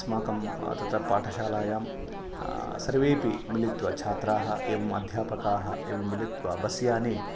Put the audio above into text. अस्माकं तत्र पाठशालायां सर्वेऽपि मिलित्वा छात्राः एवम् अध्यापकाः एवं मिलित्वा बस्याने